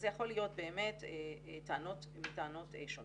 זה יכול להיות באמת טענות מטענות שונות.